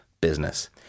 business